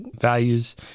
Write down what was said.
values